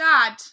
Dad